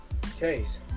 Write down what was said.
case